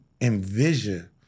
envision